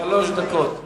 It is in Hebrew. שלוש דקות לרשותך.